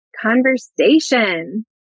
conversation